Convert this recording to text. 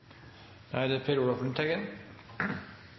Da er det